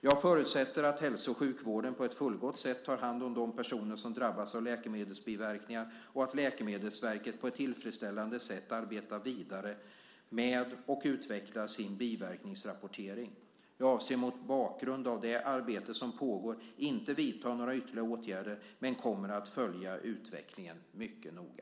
Jag förutsätter att hälso och sjukvården på ett fullgott sätt tar hand om de personer som drabbats av läkemedelsbiverkningar och att Läkemedelsverket på ett tillfredsställande sätt arbetar vidare med och utvecklar sin biverkningsrapportering. Jag avser mot bakgrund av det arbete som pågår inte att vidta några ytterligare åtgärder men kommer att följa utvecklingen mycket noga.